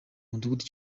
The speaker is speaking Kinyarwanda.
mudugudu